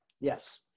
yes